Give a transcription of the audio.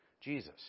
Jesus